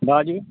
बाजू